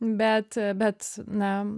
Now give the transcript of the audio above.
bet bet na